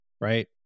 right